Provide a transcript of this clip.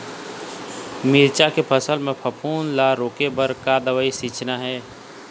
मिरचा के फसल म फफूंद ला रोके बर का दवा सींचना ये?